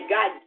God